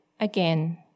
again